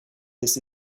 this